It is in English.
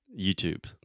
YouTube